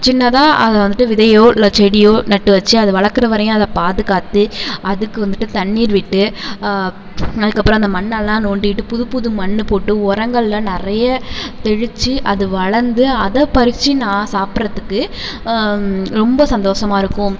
சின்னதாக அதை வந்துட்டு விதையோ இல்லை செடியோ நட்டு வச்சு அதை வளர்க்குற வரையும் அதை பாதுகாத்து அதுக்கு வந்துட்டு தண்ணீர் விட்டு அதுக்கப்புறம் அந்த மண்ணெல்லாம் நோண்டிட்டு புதுப்புது மண் போட்டு உரங்கள்லாம் நிறைய தெளித்து அது வளர்ந்து அதை பறித்து நான் சாப்பிட்றத்துக்கு ரொம்ப சந்தோசமாக இருக்கும்